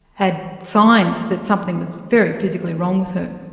had signs that something was very physically wrong with her.